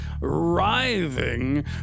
writhing